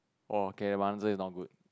oh okay my answer is not good